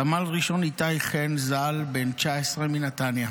סמל ראשון איתי חן ז"ל, בן 19 מנתניה.